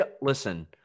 Listen